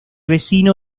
vecino